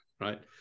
right